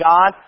God